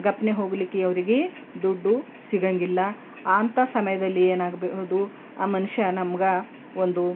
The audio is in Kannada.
ಗಪ್ನೇ ಹೋಗ್ಲಿಕ್ಕೆ ಅವ್ರಿಗೆ ದುಡ್ಡು ಸಿಗಂಗಿಲ್ಲ ಆಂತ ಸಮಯದಲ್ಲಿ ಏನಾಗಹುದು ಆ ಮನುಷ್ಯ ನಮ್ಗೆ ಒಂದು